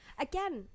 Again